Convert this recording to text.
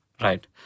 Right